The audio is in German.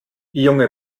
junge